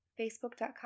Facebook.com